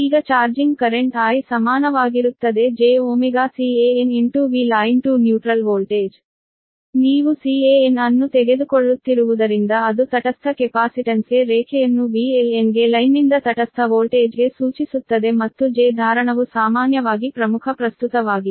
ಈಗ charging current I ಸಮಾನವಾಗಿರುತ್ತದೆ jωCanVline to neutral voltage ನೀವು Can ಅನ್ನು ತೆಗೆದುಕೊಳ್ಳುತ್ತಿರುವುದರಿಂದ ಅದು ತಟಸ್ಥ ಕೆಪಾಸಿಟನ್ಸ್ಗೆ ರೇಖೆಯನ್ನು VLN ಗೆ ಲೈನ್ನಿಂದ ತಟಸ್ಥ ವೋಲ್ಟೇಜ್ಗೆ ಸೂಚಿಸುತ್ತದೆ ಮತ್ತು j ಧಾರಣವು ಸಾಮಾನ್ಯವಾಗಿ ಪ್ರಮುಖ ಪ್ರಸ್ತುತವಾಗಿದೆ